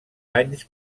anys